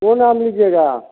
कौन आम लीजिएगा